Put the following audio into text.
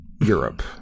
europe